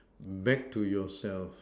back to yourself